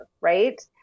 right